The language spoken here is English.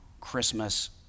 Christmas